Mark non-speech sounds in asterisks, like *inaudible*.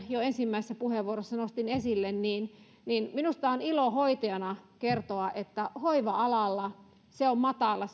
jo ensimmäisessä puheenvuorossa nostin esille todellakin minusta on ilo hoitajana kertoa että hoiva alalla se syrjintäkynnys on matala *unintelligible*